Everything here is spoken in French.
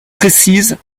précise